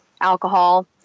alcohol